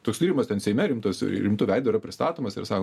toks tyrimas ten seime rimtas rimtu veidu yra pristatomas ir sako